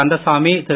Kandasamy Thiru